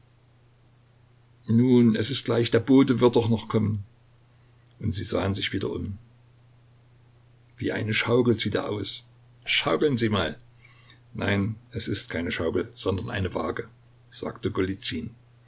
nun es ist gleich der bote wird doch noch kommen und sie sahen sich wieder um wie eine schaukel sieht er aus schaukeln sie mal nein es ist keine schaukel sondern eine waage sagte